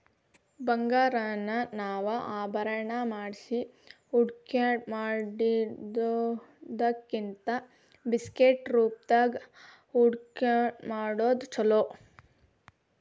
ಬಂಗಾರಾನ ನಾವ ಆಭರಣಾ ಮಾಡ್ಸಿ ಹೂಡ್ಕಿಮಾಡಿಡೊದಕ್ಕಿಂತಾ ಬಿಸ್ಕಿಟ್ ರೂಪ್ದಾಗ್ ಹೂಡ್ಕಿಮಾಡೊದ್ ಛೊಲೊ